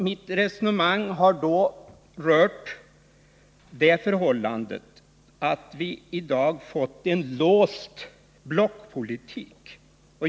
Mitt resonemang har rört det förhållandet att vi i dag fått en låst blockpolitik.